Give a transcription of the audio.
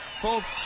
folks